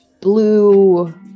blue